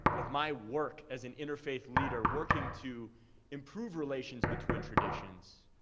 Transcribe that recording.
of my work as an interfaith leader working to improve relations between traditions,